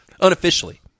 Unofficially